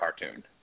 cartoon